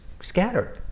scattered